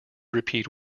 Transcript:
repeat